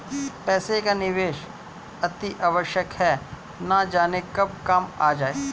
पैसे का निवेश अतिआवश्यक है, न जाने कब काम आ जाए